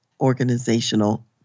organizational